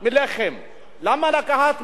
למה לקחת מע"מ על חלב?